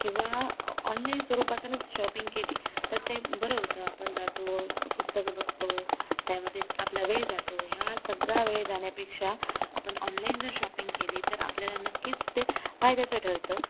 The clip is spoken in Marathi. किंवा ऑनलाईन स्वरूपातूनच शॉपिंग केली तर ते बरं होतं आपण जातो प पुस्तकं बघतो त्यामध्ये आपला वेळ जातो ह्या सगळा वेळ जाण्यापेक्षा आपण ऑनलाईन जर शॉपिंग केली तर आपल्याला नक्कीच ते फायद्याचं ठरतं